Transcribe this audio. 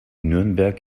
nürnberg